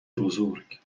بزرگ